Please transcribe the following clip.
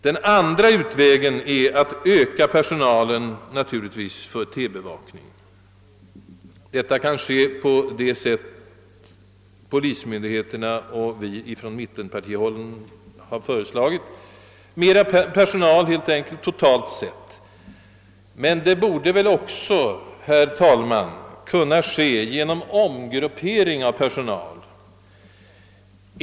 Den andra utvägen är naturligtvis att öka personalen för T-banebevakning. Detta kan genomföras på det sätt som av polismyndigheterna och av oss från mittenpartihåll har föreslagits, nämligen helt enkelt genom att ställa totalt sett mera personal till förfogande för polisens uppgifter. Men, herr talman, jag vill gärna tillägga, att det torde väl också kunna genomföras genom omgruppering av personal.